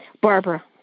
Barbara